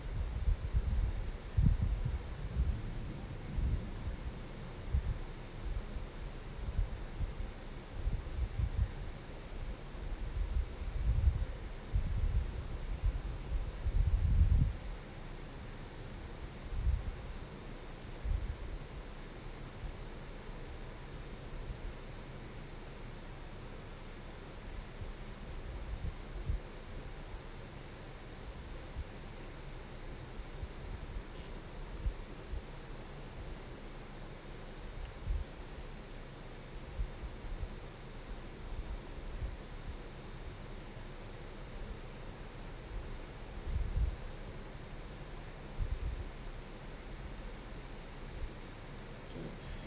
okay